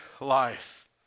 life